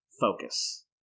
focus